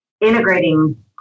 Integrating